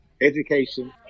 education